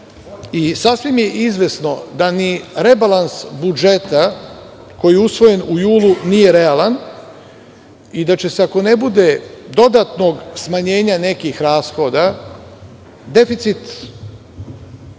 i sasvim je izvesno da ni rebalans budžeta koji je usvojen u julu, nije realan i da će se ako ne bude dodatnog smanjenja nekih rashoda deficit